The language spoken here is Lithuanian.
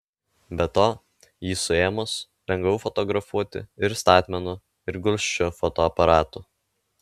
be to jį suėmus lengviau fotografuoti ir statmenu ir gulsčiu fotoaparatu